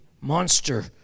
monster